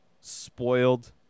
spoiled